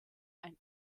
ein